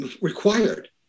required